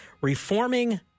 reforming